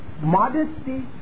modesty